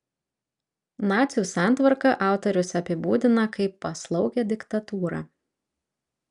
nacių santvarką autorius apibūdina kaip paslaugią diktatūrą